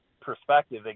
perspective